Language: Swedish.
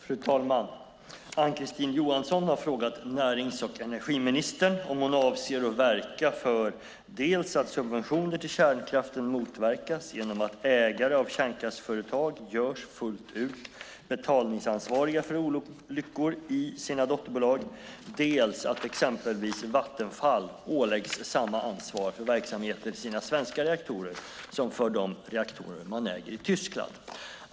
Fru talman! Ann-Kristine Johansson har frågat närings och energiministern om hon avser att verka för dels att subventioner till kärnkraften motverkas genom att ägare av kärnkraftsföretag görs fullt ut betalningsansvariga för olyckor i sina dotterbolag, dels att exempelvis Vattenfall åläggs samma ansvar för verksamheten i sina svenska reaktorer som för de reaktorer man äger i Tyskland.